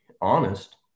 honest